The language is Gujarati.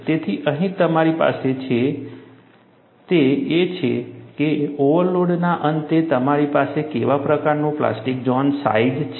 તેથી અહીં તમારી પાસે જે છે તે એ છે કે ઓવરલોડના અંતે તમારી પાસે કેવા પ્રકારનું પ્લાસ્ટિક ઝોન સાઈજ છે